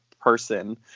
person